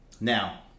Now